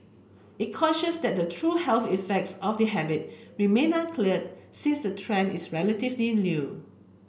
it cautioned that the true health effects of the habit remain unclear since the trend is relatively new